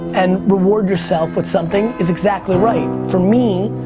and reward yourself with something is exactly right. for me,